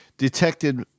detected